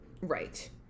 Right